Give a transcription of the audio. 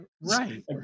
Right